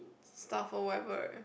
stuff or whatever right